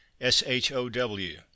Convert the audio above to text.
S-H-O-W